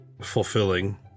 fulfilling